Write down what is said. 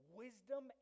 wisdom